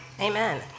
Amen